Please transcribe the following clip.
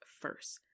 first